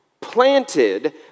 planted